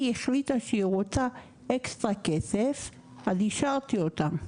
החליטה שהיא רוצה אקסטרה כסף אז השארתי אותה.